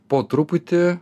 po truputį